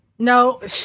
No